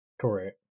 Correct